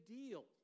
deal